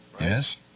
Yes